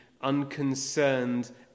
unconcerned